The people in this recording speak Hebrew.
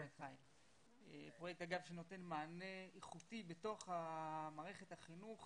אגב, פרויקט שנותן מענה איכותי בתוך מערכת החינוך